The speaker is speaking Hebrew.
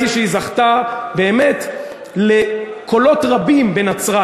שראיתי שהיא זכתה באמת לקולות רבים בנצרת.